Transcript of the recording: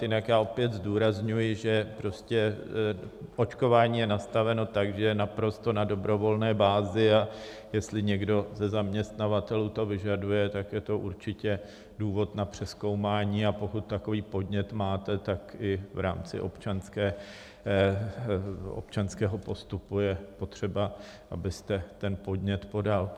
Jinak já opět zdůrazňuji, že očkování je nastaveno tak, že je naprosto na dobrovolné bázi, a jestli někdo ze zaměstnavatelů to vyžaduje, tak je to určitě důvod na přezkoumání, a pokud takový podnět máte, tak i v rámci občanského postupu je potřeba, abyste ten podnět podal.